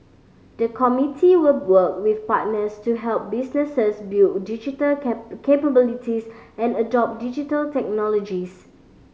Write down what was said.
the committee will work with partners to help businesses build digital capabilities and adopt Digital Technologies